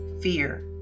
fear